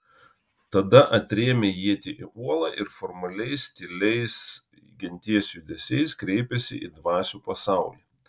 tada atrėmė ietį į uolą ir formaliais tyliais genties judesiais kreipėsi į dvasių pasaulį